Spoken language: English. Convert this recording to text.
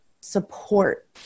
support